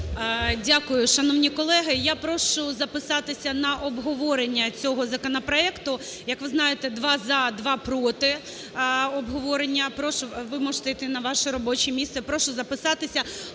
Дякую. Шановні колеги, я прошу записатися на обговорення цього законопроекту. Як ви знаєте: два – за, два – проти, обговорення. Прошу, ви можете іти на ваше робоче місце. Прошу записатися.